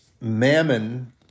mammon